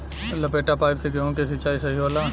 लपेटा पाइप से गेहूँ के सिचाई सही होला?